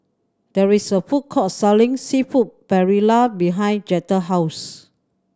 there is a food court selling Seafood Paella behind Jetta house